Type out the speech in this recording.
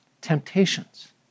temptations